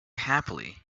happily